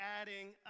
adding